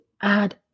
add